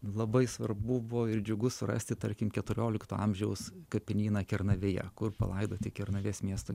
labai svarbu buvo ir džiugu surasti tarkim keturiolikto amžiaus kapinyną kernavėje kur palaidoti kernavės miesto